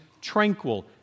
tranquil